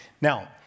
Now